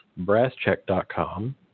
BrassCheck.com